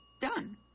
done